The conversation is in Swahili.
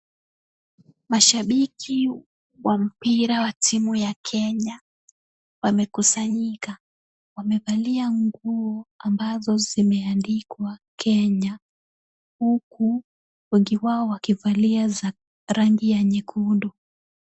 Mashabiki wa mpira wa timu ya Kenya wamekusanyika. Wamevalia nguo ambazo zimeandikwa Kenya, huku wengi wao wakivalia za rangi ya nyekundu.